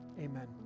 amen